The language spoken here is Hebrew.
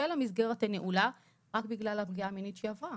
המסגרת הנעולה רק בגלל הפגיעה המינית שהיא עברה.